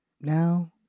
now